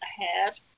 ahead